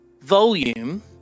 Volume